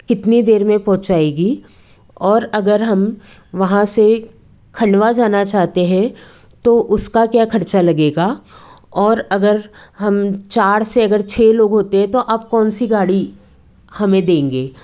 कितनी देर में पहुँचाएगी और अगर हम वहाँ से खंडवा जाना चाहते हैं तो उसका क्या खर्चा लगेगा और अगर हम चार से अगर छ लोग होते हैं तो आप कौनसी गाड़ी हमें देंगे